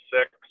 six